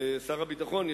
שר הביטחון,